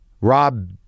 Rob